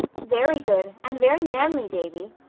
very good, and very manly, davy.